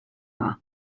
dda